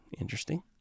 Interesting